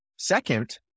Second